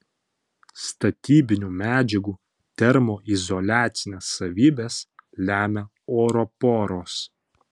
statybinių medžiagų termoizoliacines savybes lemia oro poros